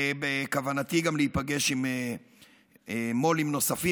ובכוונתי גם להיפגש עם מו"לים נוספים.